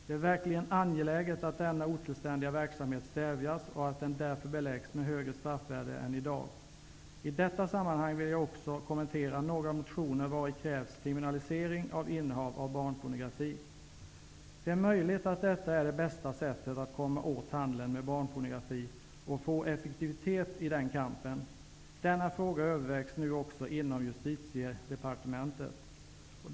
Det är verkligen angeläget att denna otillständiga verksamhet stävjas och att den därför får högre straffvärde än i dag. I detta sammanhang vill jag också kommentera några motioner vari krävs kriminalisering av innehav av barnpornografi. Det är möjligt att detta är det bästa sättet att komma åt handeln med barnpornografi och få effektivitet i den kampen. Denna fråga övervägs nu också inom Justitiedepartementet.